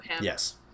Yes